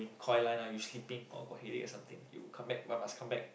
coy line ah you sleeping or got headache or something you come back but must come back